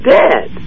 dead